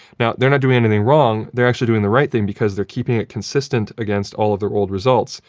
now, they're not doing anything wrong. they're actually doing the right thing because they're keeping it consistent against all of their old results,